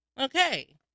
Okay